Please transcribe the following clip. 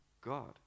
God